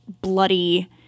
bloody